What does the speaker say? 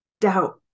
doubt